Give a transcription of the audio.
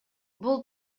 бул